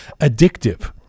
addictive